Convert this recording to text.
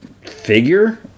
figure